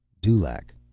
dulaq,